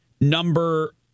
Number